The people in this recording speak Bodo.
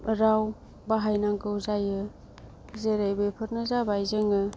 राव बाहायनांगौ जायो जेरै बेफोरनो जाबाय जोङो